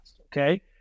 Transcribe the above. okay